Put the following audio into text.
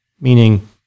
meaning